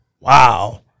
Wow